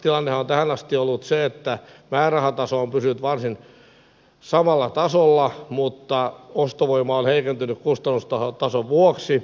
tilannehan on tähän asti ollut se että määrärahataso on pysynyt varsin samalla tasolla mutta ostovoima on heikentynyt kustannustason vuoksi